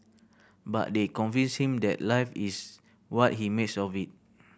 but they convinced him that life is what he makes of it